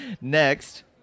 Next